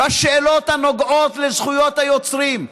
בשאלות הנוגעות לזכויות היוצרים.